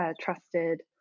trusted